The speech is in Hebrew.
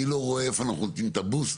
אני לא רואה איפה אנחנו נותנים את ה"בוסט".